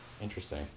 Interesting